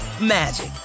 magic